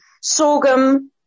Sorghum